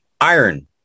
iron